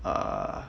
err